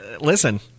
listen